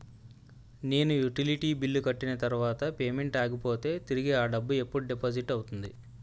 నేను utility bill కట్టిన తర్వాత పేమెంట్ ఆగిపోతే తిరిగి అ డబ్బు ఎప్పుడు డిపాజిట్ అవుతుంది?